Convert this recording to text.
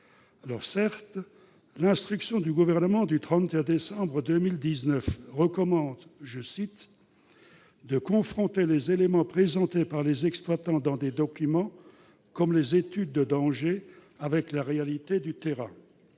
Certes, l'instruction du Gouvernement du 31 décembre 2019 recommande « de confronter les éléments présentés par l'exploitant dans des documents, comme les études de dangers, avec la réalité du terrain ».